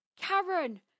Karen